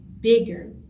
bigger